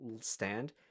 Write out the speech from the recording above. stand